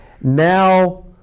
now